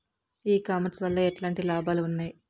ఈ కామర్స్ వల్ల ఎట్లాంటి లాభాలు ఉన్నాయి?